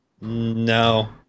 No